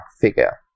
figure